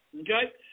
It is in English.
Okay